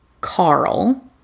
Carl